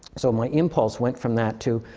so, my impulse went from that to,